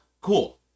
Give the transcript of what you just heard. cool